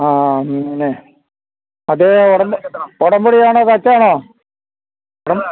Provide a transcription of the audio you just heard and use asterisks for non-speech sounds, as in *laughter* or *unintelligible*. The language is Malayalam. ആണല്ലേ അതേ ഉടമ്പടിയാണോ *unintelligible* ആണോ